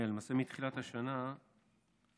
למעשה מתחילת השנה השתמשו,